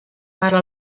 parla